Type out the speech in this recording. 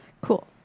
Cool